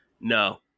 No